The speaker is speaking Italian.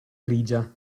grigia